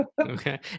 Okay